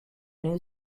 new